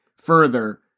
further